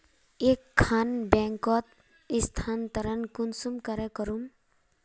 एक खान बैंकोत स्थानंतरण कुंसम करे करूम?